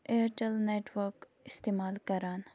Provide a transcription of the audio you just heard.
Airtel network استعمال کَران